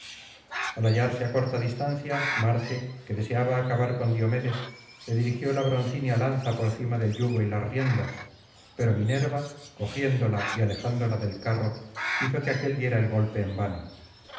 al hallarse á corta distancia marte que deseaba acabar con diomedes le dirigió la broncínea lanza por cima del yugo y las riendas pero minerva cogiéndola y alejándola del carro hizo que aquél diera el golpe en vano